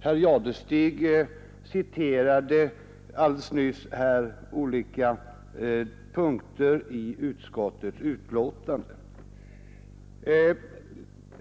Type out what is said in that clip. Herr Jadestig citerade alldeles nyss olika punkter i utskottets betänkande.